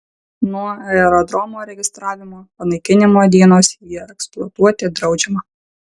nuo aerodromo registravimo panaikinimo dienos jį eksploatuoti draudžiama